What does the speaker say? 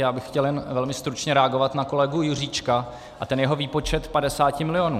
Já bych chtěl jen velmi stručně reagovat na kolegu Juříčka a ten jeho výpočet 50 milionů.